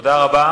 תודה רבה.